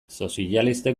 sozialistek